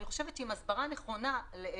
אני חושבת שצריכה להיות הסברה נכונה להורים.